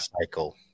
cycle